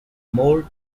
more